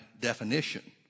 definition